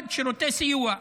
1. שירותי סיוע,